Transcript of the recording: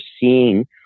seeing